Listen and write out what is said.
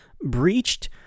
breached